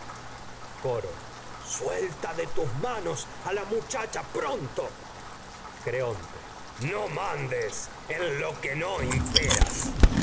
coro suelta de tus no manos la muchacha pronto creonte mandes en lo que no imperas